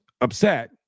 upset